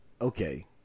okay